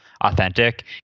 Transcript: authentic